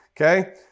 okay